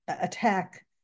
attack